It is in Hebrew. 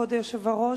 כבוד היושב-ראש.